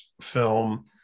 film